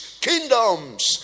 kingdoms